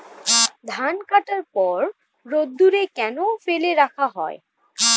ধান কাটার পর রোদ্দুরে কেন ফেলে রাখা হয়?